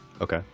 Okay